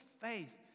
faith